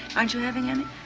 aren't you having any?